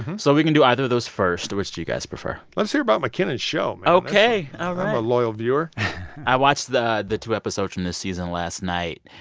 so we can do either of those first. which do you guys prefer? let's hear about mckinnon's show ok. all right i'm a loyal viewer i watched the the two episodes from this season last night,